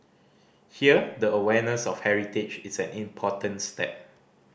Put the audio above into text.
here the awareness of heritage is an important step